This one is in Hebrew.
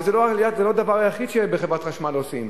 וזה לא הדבר היחיד שבחברת חשמל עושים.